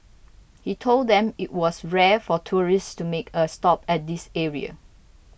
he told them it was rare for tourists to make a stop at this area